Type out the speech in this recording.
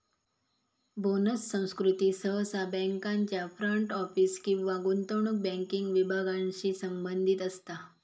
bonus संस्कृती सहसा बँकांच्या फ्रंट ऑफिस किंवा गुंतवणूक बँकिंग विभागांशी संबंधित असता